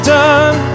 done